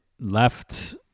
left